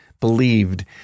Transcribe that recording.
believed